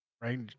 right